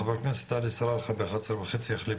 חבר הכנסת עלי סלאלחה ב- 11:30 יחליף